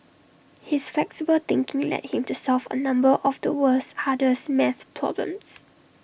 his flexible thinking led him to solve A number of the world's hardest math problems